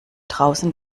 draußen